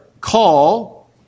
call